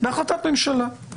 בהחלטת ממשלה,